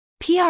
PR